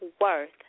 worth